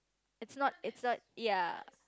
it's not it's not ya